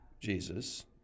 Jesus